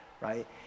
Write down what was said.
right